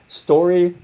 story